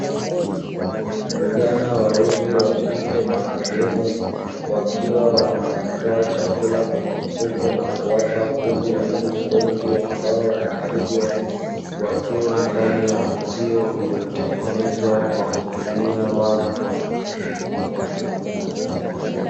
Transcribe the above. Vijana wawili wakike na wakiume wakiwa wanatoa chakula kwenye mfuko na kuwapa kuku wengi ambao wanafugwa, wakiwa ndani ya uzio uliotengenezwa kwa kutumia wavu.